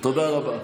תודה רבה.